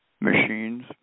machines